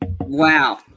Wow